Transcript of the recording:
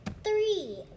three